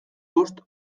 bost